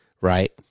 right